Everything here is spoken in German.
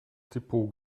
depot